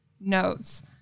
notes